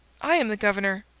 i am the governor.